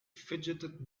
fidgeted